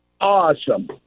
Awesome